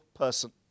Person